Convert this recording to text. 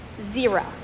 zero